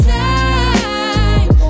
time